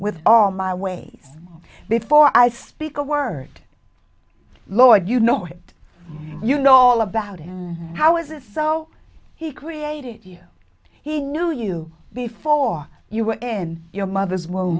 with all my ways before i speak a word lloyd you know it you know all about him how is it so he created you he knew you before you were in your mother's womb